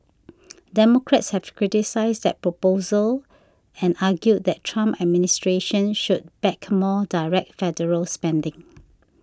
democrats have criticised that proposal and argued the Trump administration should back more direct federal spending